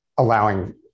allowing